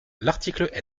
l’article